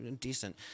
decent